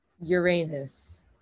uranus